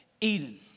Eden